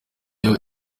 byo